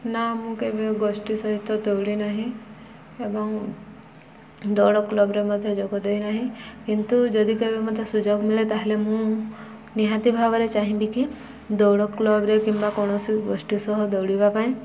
ନା ମୁଁ କେବେ ଗୋଷ୍ଠୀ ସହିତ ଦୌଡ଼ି ନାହିଁ ଏବଂ ଦୌଡ଼ କ୍ଲବରେ ମଧ୍ୟ ଯୋଗ ଦେଇନାହିଁ କିନ୍ତୁ ଯଦି କେବେ ମଧ୍ୟ ସୁଯୋଗ ମିଳେ ତା'ହେଲେ ମୁଁ ନିହାତି ଭାବରେ ଚାହିଁବି କି ଦୌଡ଼ କ୍ଲବରେ କିମ୍ବା କୌଣସି ଗୋଷ୍ଠୀ ସହ ଦୌଡ଼ିବା ପାଇଁ